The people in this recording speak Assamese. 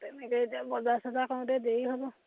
তেনেকে বজাৰ চজাৰ কৰোঁতে দেৰি হ'ব